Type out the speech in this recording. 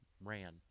ran